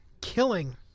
killing